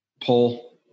pull